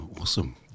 Awesome